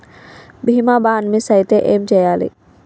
బీమా bond miss అయితే ఏం చేయాలి?